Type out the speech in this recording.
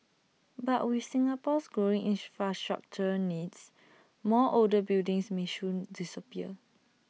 but with Singapore's growing infrastructural needs more older buildings may soon disappear